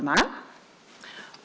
Fru talman!